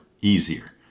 easier